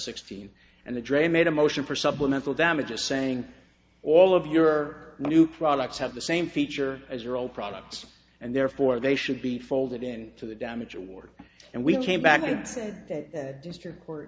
sixteen and the dre made a motion for supplemental damages saying all of your new products have the same feature as your old products and therefore they should be folded in to the damage award and we came back and said that district court